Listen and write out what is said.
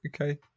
okay